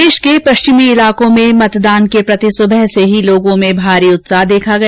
प्रदेश के पश्चिमी इलाकों में मतदान के प्रति सुबह से ही लोगों में भारी उत्साह देखा गया